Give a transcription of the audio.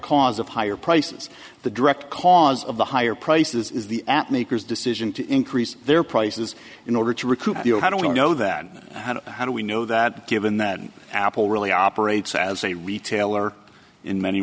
cause of higher prices the direct cause of the higher prices is the app makers decision to increase their prices in order to recoup the oh how do i know that how do we know that given that apple really operates as a retail or in many